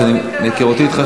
מהיכרותי אתך,